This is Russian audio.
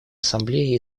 ассамблеи